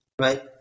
right